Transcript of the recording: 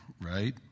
right